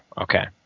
okay